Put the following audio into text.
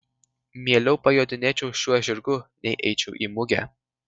mieliau pajodinėčiau šiuo žirgu nei eičiau į mugę